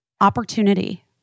Opportunity